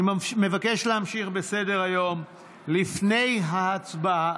אני מבקש להמשיך בסדר-היום לפני ההצבעה: